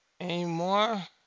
Anymore